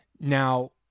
Now